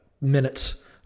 minutes